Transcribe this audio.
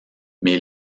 mais